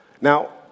Now